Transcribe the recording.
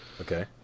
okay